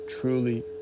truly